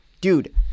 Dude